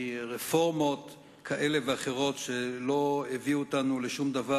מרפורמות כאלה ואחרות שלא הביאו אותנו לשום דבר